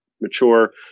mature